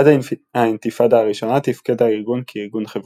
עד האינתיפדה הראשונה תפקד הארגון כארגון חברתי.